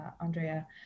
Andrea